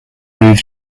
moved